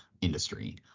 industry